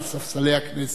על ספסלי הכנסת.